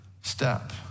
step